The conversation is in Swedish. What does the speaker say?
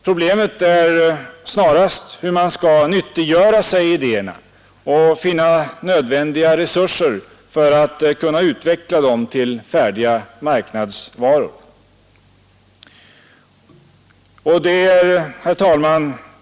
Problemet är snarast hur man skall nyttiggöra sig idéerna och finna nödvändiga resurser för att kunna utveckla dem till färdiga marknadsvaror. Herr talman!